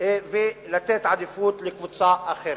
ולתת עדיפות לקבוצה אחרת.